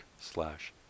slash